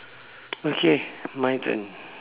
okay my turn